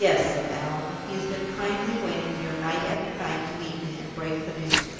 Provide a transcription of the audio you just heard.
yes, said allan. he has been kindly waiting here, night after night, to meet me, and break the news to me.